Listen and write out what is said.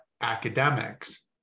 academics